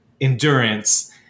endurance